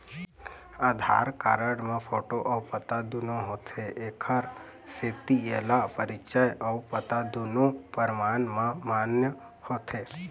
आधार card म photo अउ पता दुनो होथे एखर सेती एला परिचय अउ पता दुनो परमान म मान्य होथे